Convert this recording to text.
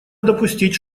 допустить